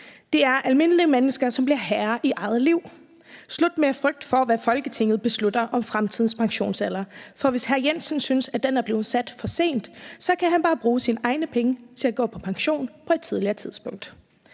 Det er almindelige mennesker, som bliver herre i eget liv – slut med at frygte for, hvad Folketinget beslutter om fremtidens pensionsalder. For hvis hr. Jensen synes, at den er blevet sat til for sent, kan han bare bruge sine egne penge til at gå på pension for på et tidligere tidspunkt.